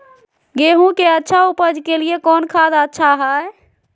गेंहू के अच्छा ऊपज के लिए कौन खाद अच्छा हाय?